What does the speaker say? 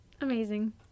Amazing